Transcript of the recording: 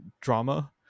drama